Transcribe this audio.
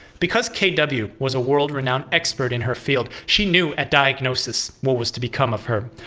because kw was a world-renowned expert in her field, she knew at diagnosis what was to become of her.